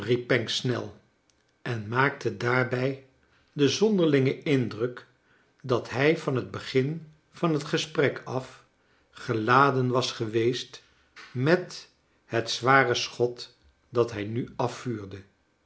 en maakte daarbij den zonderlingen indruk dat hij van het begin van het gesprek af geladen was geweest met het zware schot dat hij nu afvuurde